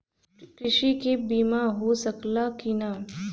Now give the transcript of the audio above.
कृषि के बिमा हो सकला की ना?